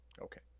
Okay